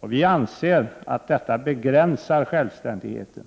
Vi anser att detta begränsar självständigheten.